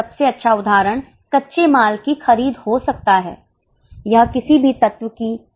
सबसे अच्छा उदाहरण कच्चे माल की खरीद हो सकता है यह किसी भी तत्व की खरीद भी हो सकता है